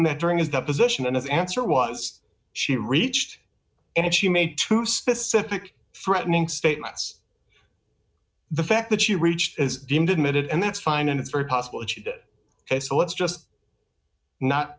him that during his deposition and if the answer was she reached and she made two specific threatening statements the fact that you reached as deemed admitted and that's fine and it's very possible that you did ok so let's just not